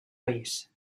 país